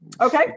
Okay